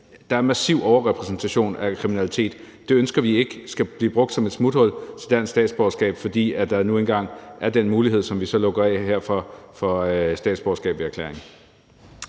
er en massiv overrepræsentation af kriminalitet. Det ønsker vi ikke skal blive brugt som et smuthul til dansk statsborgerskab, fordi der nu engang er den mulighed for statsborgerskab ved erklæring,